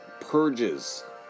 purges